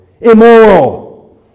Immoral